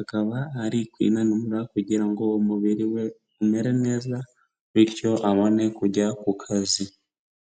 akaba ari kwinanura kugira ngo umubiri we umere neza, bityo abone kujya ku kazi.